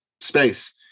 space